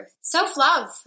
Self-love